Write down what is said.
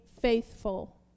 faithful